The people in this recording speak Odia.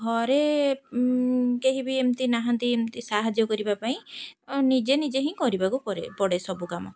ଘରେ କେହିି ବି ଏମିତି ନାହାନ୍ତି ଏମିତି ସାହାଯ୍ୟ କରିବା ପାଇଁ ନିଜେ ନିଜେ ହିଁ କରିବାକୁ ପଡ଼େ ସବୁ କାମ